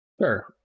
Sure